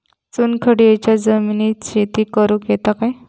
चुनखडीयेच्या जमिनीत शेती करुक येता काय?